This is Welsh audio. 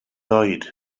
oed